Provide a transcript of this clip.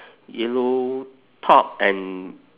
yellow top and